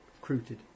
recruited